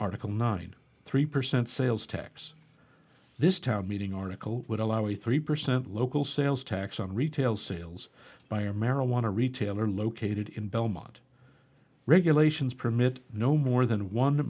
article not three percent sales tax this town meeting article would allow a three percent local sales tax on retail sales by a marijuana retailer located in belmont regulations permit no more than one